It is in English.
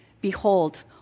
Behold